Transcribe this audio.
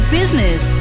business